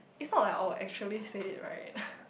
if not like I will actually say it right